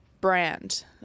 brand